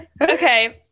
okay